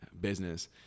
business